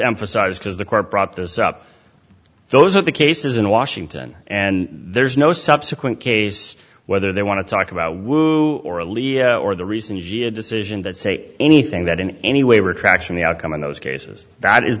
emphasize because the court brought this up those are the cases in washington and there's no subsequent case whether they want to talk about wu or a leader or the recent g a decision that say anything that in any way retraction the outcome in those cases that is